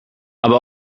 aber